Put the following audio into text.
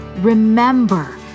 remember